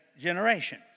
generation